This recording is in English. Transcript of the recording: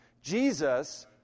Jesus